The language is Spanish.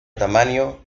tamaño